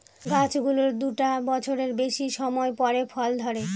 গাছ গুলোর দুটা বছরের বেশি সময় পরে ফল ধরে